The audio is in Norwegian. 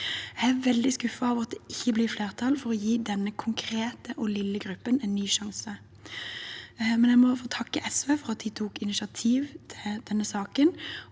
Jeg er veldig skuffet over at det ikke blir flertall for å gi denne konkrete og lille gruppen en ny sjanse. Jeg må få takke SV for at de tok initiativ til denne saken.